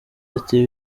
ati